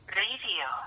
radio